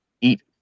eat